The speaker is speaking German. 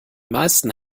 meisten